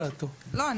לא,